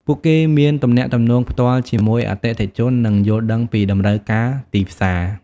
ពួកគេមានទំនាក់ទំនងផ្ទាល់ជាមួយអតិថិជន និងយល់ដឹងពីតម្រូវការទីផ្សារ។